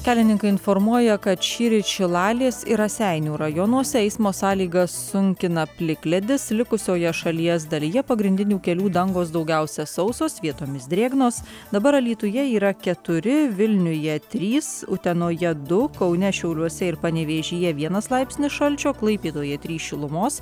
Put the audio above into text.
kelininkai informuoja kad šįryt šilalės ir raseinių rajonuose eismo sąlygas sunkina plikledis likusioje šalies dalyje pagrindinių kelių dangos daugiausia sausos vietomis drėgnos dabar alytuje yra keturi vilniuje trys utenoje du kaune šiauliuose ir panevėžyje vienas laipsnis šalčio klaipėdoje trys šilumos